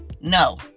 No